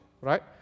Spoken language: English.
right